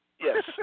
Yes